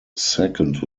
second